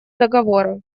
договора